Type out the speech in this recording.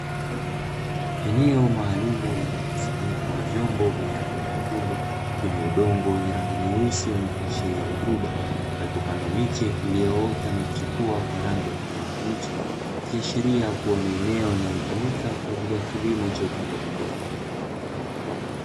Eneo maalumu lenye mkusanyiko wa vyombo vyenye rangi nyekundu, lenye udongo wenye rangi nyeusi wenye kuashiria rutuba palipopandwa miche iliyoota na kuchipua kwa rangi ya kijani kibichi, ikiashiria kuwa ni eneo linalotumika kwa ajili ya kilimo cha upandaji mbegu.